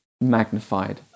magnified